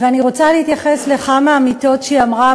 ואני רוצה להתייחס לכמה אמיתות שהיא אמרה.